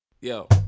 Yo